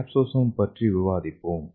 கேப்சோசோம் பற்றி விவாதிப்போம்